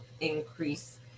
increase